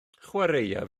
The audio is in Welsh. chwaraea